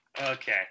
Okay